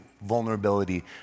vulnerability